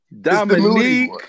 dominique